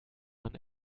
man